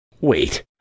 Wait